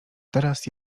teraz